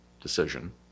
decision